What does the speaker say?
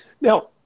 Now